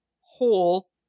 whole